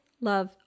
love